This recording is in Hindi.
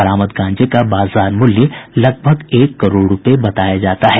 बरामद गांजे का बाजार मूल्य लगभग एक करोड़ रूपये बताया जाता है